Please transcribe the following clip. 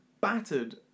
battered